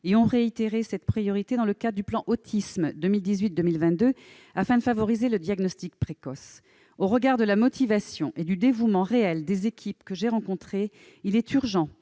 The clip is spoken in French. et ont réitéré cette priorité dans le cadre du plan Autisme 2018-2022, afin de favoriser le diagnostic précoce. Au regard de la motivation et du dévouement réel des équipes que j'ai rencontrées, il est urgent